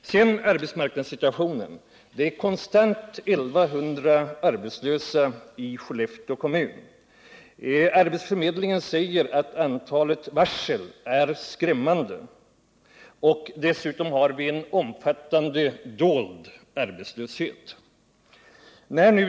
Sedan arbetsmarknadssituationen! Det är konstant 1100 arbetslösa i Skellefteå kommun. Arbetsförmedlingen säger att antalet varsel är skrämvå mande, och dessutom har vi en omfattande dold arbetslöshet.